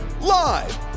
Live